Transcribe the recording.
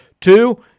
Two